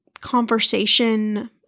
conversation